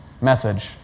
message